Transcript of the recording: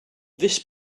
this